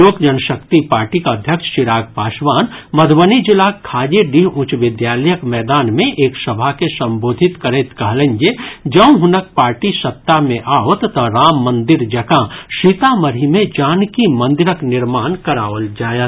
लोक जनशक्ति पार्टीक अध्यक्ष चिराग पासवान मधुबनी जिलाक खाजेडीह उच्च विद्यालयक मैदान मे एक सभा के संबोधित करैत कहलनि जे जौं हुनक पार्टी सत्ता मे आओत तऽ राम मंदिर जकां सीतामढ़ी मे जानकी मंदिरक निर्माण कराओल जायत